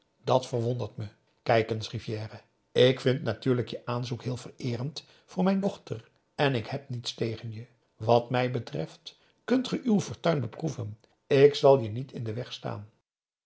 dat verwondert me kijk eens rivière ik vind natuurlijk je aanzoek heel vereerend voor mijn dochter en ik heb niets tegen je wat mij betreft kunt ge uw fortuin beproeven ik zal je niet in den weg staan